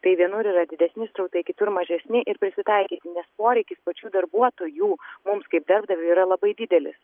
tai vienur yra didesni srautai kitur mažesni ir prisitaikyti nes poreikis pačių darbuotojų mums kaip darbdaviui yra labai didelis